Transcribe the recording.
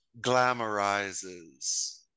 glamorizes